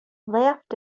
laughed